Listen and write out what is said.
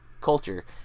culture